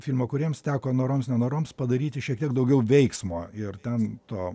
filmo kūrėjams teko noroms nenoroms padaryti šiek tiek daugiau veiksmo ir ten to